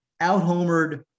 out-homered